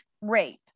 rape